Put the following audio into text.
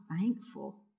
thankful